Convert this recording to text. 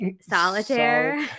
solitaire